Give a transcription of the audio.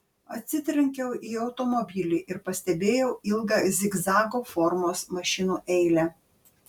atsitrenkiau į automobilį ir pastebėjau ilgą zigzago formos mašinų eilę